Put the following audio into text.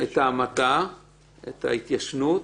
את ההתיישנות,